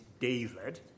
David